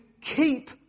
keep